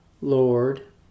Lord